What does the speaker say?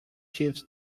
chiefs